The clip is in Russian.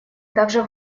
также